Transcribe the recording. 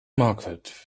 market